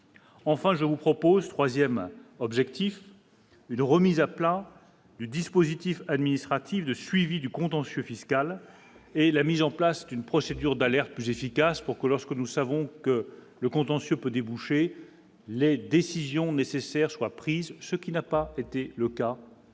Enfin, je vous propose 3ème objectif : une remise à plat du dispositif administratif de suivi du contentieux fiscal et la mise en place d'une procédure d'alerte plus efficace pour que lorsque nous savons que le contentieux peut déboucher les décisions nécessaires soient prises, ce qui n'a pas été le cas. Dans cette